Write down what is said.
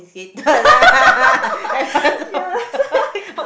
consficated lah